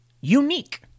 unique